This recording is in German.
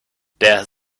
der